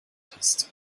hast